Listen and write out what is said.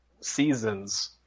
seasons